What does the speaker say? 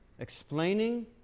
explaining